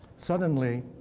suddenly,